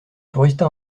tourista